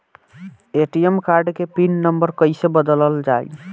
ATM card के PIN number कईसे बदलल जाई?